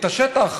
את השטח,